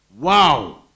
wow